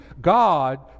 God